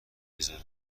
میزارم